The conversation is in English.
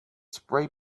spray